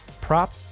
prop